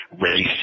race